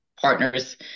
partners